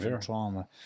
trauma